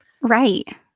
Right